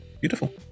beautiful